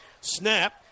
Snap